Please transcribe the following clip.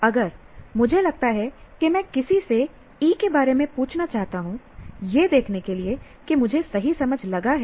अगर मुझे लगता है कि मैं किसी से E के बारे में पूछना चाहता हूं यह देखने के लिए कि मुझे सही समझ लगा है